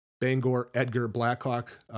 Bangor-Edgar-Blackhawk